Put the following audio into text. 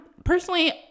Personally